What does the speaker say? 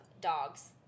dogs